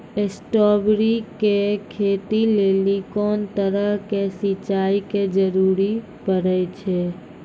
Strawberry के खेती लेली कोंन तरह के सिंचाई के जरूरी पड़े छै?